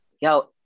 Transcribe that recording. Yo